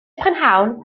prynhawn